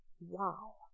Wow